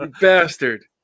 bastard